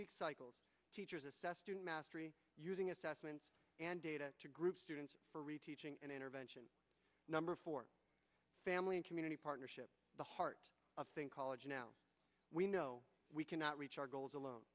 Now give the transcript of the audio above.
week cycles teachers assessed mastery using assessment and data to group students for reteaching and intervention number for family and community partnerships the heart of thing college now we know we cannot reach our goals alone